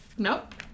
Nope